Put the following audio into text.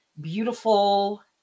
beautiful